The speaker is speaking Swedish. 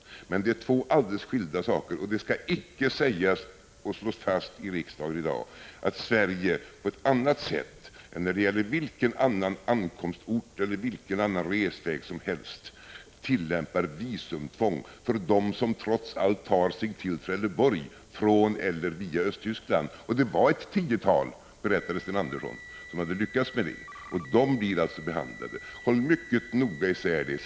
Men här gäller det två alldeles skilda saker, och det skall icke slås fast i riksdagen i dag att Sverige på ett annat sätt än när det gäller vilken annan ankomstort eller vilken annan resväg som helst tillämpar visumtvång för dem som trots allt tar sig till Trelleborg från eller via Östtyskland. Det var ett tiotal, sade Sten Andersson, som hade lyckats med detta, och deras fall blir alltså behandlade. Håll mycket nog isär detta!